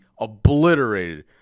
obliterated